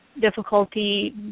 difficulty